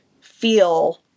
feel